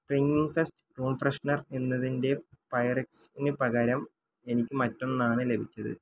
spring fest room freshener എന്നതിന്റെ പൈറെക്സിന് പകരം എനിക്ക് മറ്റൊന്നാണ് ലഭിച്ചത്